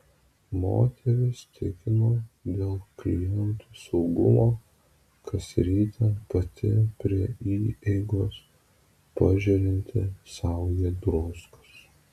moteris tikino dėl klientų saugumo kas rytą pati prie įeigos pažerianti saują druskos